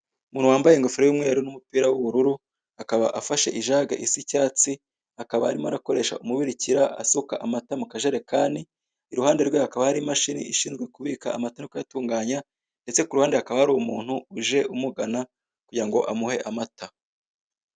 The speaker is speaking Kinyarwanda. Umuntu wambaye ingofero y'umweru n'umupira w'ubururu akaba afashe icyatsi, akaba arimo arakoreshe umubirikira asuka amata mu kajerekani, iruhande rwe hakaba hari imashini ishinzwe kubika kuyatunganya ndetse ku ruhande hakaba hari umuntu uje umugana kugira ngo amuhe amata.